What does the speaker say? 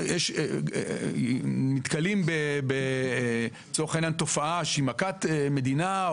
אם נתקלים בתופעה שהיא מכת מדינה,